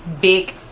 big